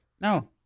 No